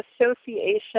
association